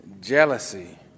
Jealousy